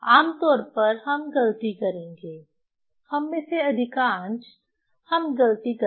आम तौर पर हम गलती करेंगे हम में से अधिकांशहम गलती करते हैं